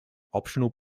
optional